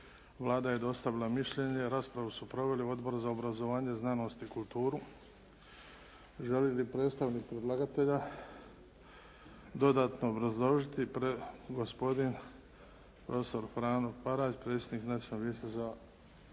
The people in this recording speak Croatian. Vlada je dostavila mišljenje. Raspravu su proveli Odbor za obrazovanje, znanost i kulturu. Želi li predstavnik predlagatelja dodatno obrazložiti? Gospodin profesor Frano Parać predsjednik Nacionalnog vijeća